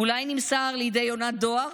אולי נמסר לידי יונת דואר